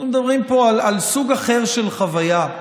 אנחנו מדברים פה על סוג אחר של חוויה,